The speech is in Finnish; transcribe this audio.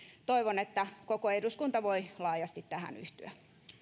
toivon että koko eduskunta voi laajasti tähän yhtyä